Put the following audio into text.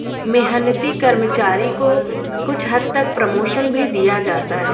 मेहनती कर्मचारी को कुछ हद तक प्रमोशन भी दिया जाता है